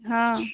हँ